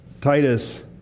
Titus